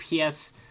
PS